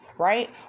right